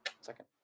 Second